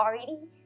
already